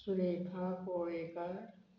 Surekha Kolekar